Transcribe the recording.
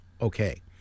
okay